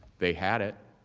they had it.